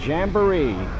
Jamboree